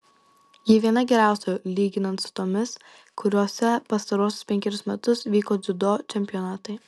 ji viena geriausių lyginant su tomis kuriose pastaruosius penkerius metus vyko dziudo čempionatai